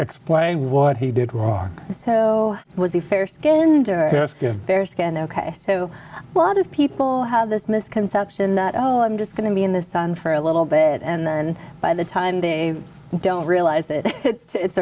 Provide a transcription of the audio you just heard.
explain what he did wrong so was he fair skinned or fair skinned ok so a lot of people have this misconception that oh i'm just going to be in the sun for a little bit and then by the time they don't realize that it's